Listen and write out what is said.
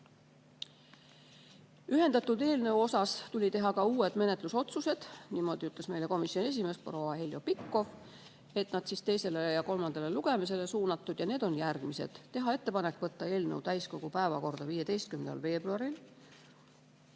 Ühendatud eelnõu kohta tuli teha ka uued menetlusotsused, niimoodi ütles meile komisjoni esimees proua Heljo Pikhof, et ta siis teisele ja kolmandale lugemisele suunata. Need on järgmised. Teha ettepanek võtta eelnõu täiskogu päevakorda 15. veebruaril;